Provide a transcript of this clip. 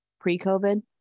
pre-COVID